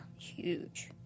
Huge